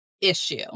issue